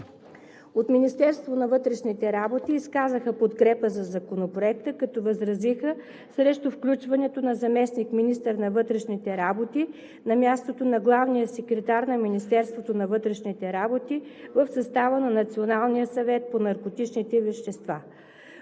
От Министерството на вътрешните работи изказаха подкрепа за Законопроекта, като възразиха срещу включването на заместник-министър на вътрешните работи на мястото на главния секретар на Министерството на вътрешните работи в състава на Националния съвет по наркотичните вещества.